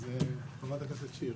אז חברת הכנסת שיר.